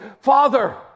Father